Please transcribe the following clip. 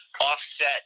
offset